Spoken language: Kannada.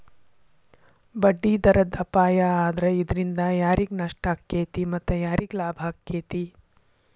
ಬಡ್ಡಿದರದ್ ಅಪಾಯಾ ಆದ್ರ ಇದ್ರಿಂದಾ ಯಾರಿಗ್ ನಷ್ಟಾಕ್ಕೇತಿ ಮತ್ತ ಯಾರಿಗ್ ಲಾಭಾಕ್ಕೇತಿ?